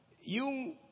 yung